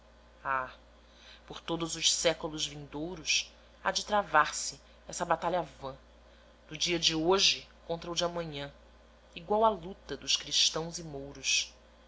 por todos os séculos vindouros há de travar se essa batalha vã do dia de hoje contra o de amanhã igual à luta dos cristãos e mouros